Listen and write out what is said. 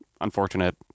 unfortunate